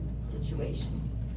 situation